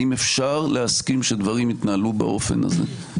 האם אפשר להסכים שדברים יתנהלו באופן הזה?